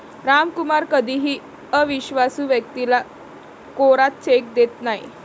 रामकुमार कधीही अविश्वासू व्यक्तीला कोरा चेक देत नाही